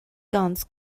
guns